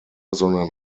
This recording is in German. sondern